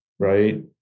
right